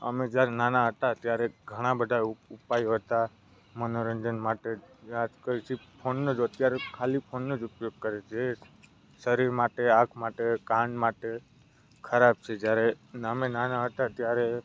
અમે જ્યારે નાના હતા ત્યારે ઘણા બધા ઉપ ઉપાયો હતા મનોરંજન માટે આજકાલ જે ફોનનો જ અત્યારે ખાલી ફોનનો જ ઉપયોગ કરે જે શરીર માટે આંખ માટે કાન માટે ખરાબ છે જ્યારે ન અમે નાના હતા ત્યારે